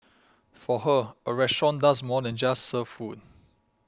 for her a restaurant does more than just serve food